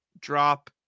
drop